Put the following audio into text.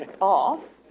off